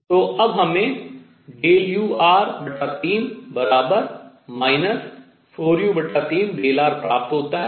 तो हमें ur3 4u3r प्राप्त होता है